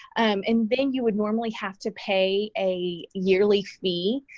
um and then you would normally have to pay a yearly fee.